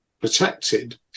protected